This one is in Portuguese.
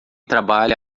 trabalha